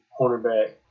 cornerback